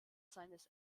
seines